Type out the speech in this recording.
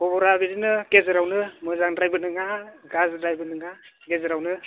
खब'रा बिदिनो गेजेरावनो मोजांद्रायबो नङा गाज्रिद्रायबो नङा गेजेरावनो